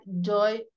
joy